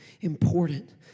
important